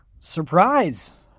Surprise